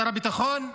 שר הביטחון,